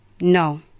No